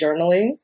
journaling